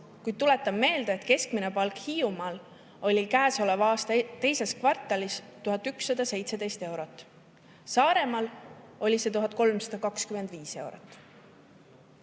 kuid tuletan meelde, et keskmine palk Hiiumaal oli käesoleva aasta teises kvartalis 1117 eurot, Saaremaal oli see 1325